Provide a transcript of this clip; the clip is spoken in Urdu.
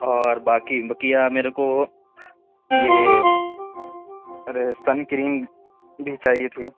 اور باقی بقیہ میرے کو یہ ارے سن کریم بھی چاہیے تھی